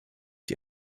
die